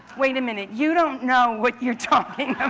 wait a minute, you don't know what you're talking